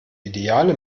ideale